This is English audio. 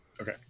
Okay